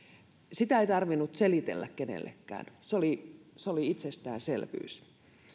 sitä ei tarvinnut selitellä kenellekään se oli se oli itsestäänselvyys